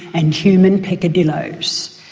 and human peccadillos.